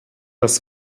das